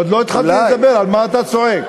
עוד לא התחלתי לדבר, על מה אתה צועק?